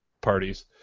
parties